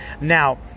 Now